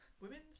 women's